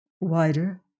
Wider